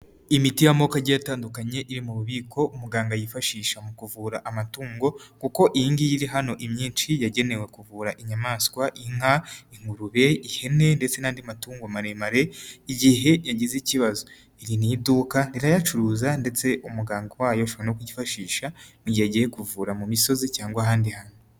Imiti y'amoko agiye atandukanye iri mu bubiko umuganga yifashisha mu kuvura amatungo, n kuko iyigiyi iri hano imyinshi yagenewe kuvura inyamaswa: inka, ingurube, ihene ndetse n'andi matungo maremare igihe yagize ikibazo, iri ni iduka rirayacuruza ndetse umuganga wayo ashobora no kuyifashisha mu gihe agiye kuvura mu misozi cyangwa ahandi hantu.